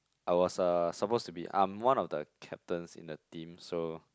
I was uh supposed to be I'm one of the captains in the team so